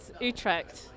Utrecht